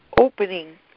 opening